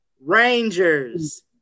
Rangers